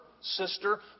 sister